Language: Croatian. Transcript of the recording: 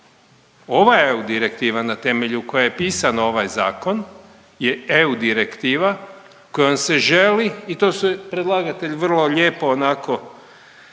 Ova EU direktiva na temelju koje je pisan ovaj zakon je EU direktiva kojom se želi i to se predlagatelj vrlo lijepo onako